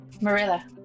Marilla